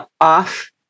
off